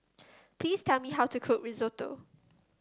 please tell me how to cook Risotto